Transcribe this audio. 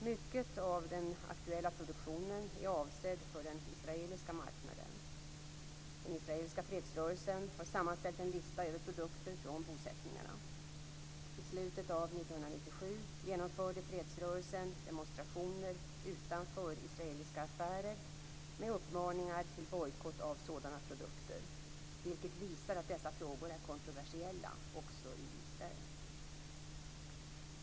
Mycket av den aktuella produktionen är avsedd för den israeliska marknaden. Den israeliska fredsrörelsen har sammanställt en lista över produkter från bosättningarna. I slutet av 1997 genomförde fredsrörelsen demonstrationer utanför israeliska affärer med uppmaningar till bojkott av sådana produkter, vilket visar att dessa frågor är kontroversiella också i Israel.